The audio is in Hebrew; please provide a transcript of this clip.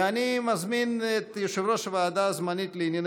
ואני מזמין את יושב-ראש הוועדה הזמנית לענייני